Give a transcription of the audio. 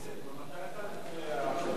השמיעה שלי היא לא סלקטיבית.